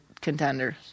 contenders